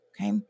okay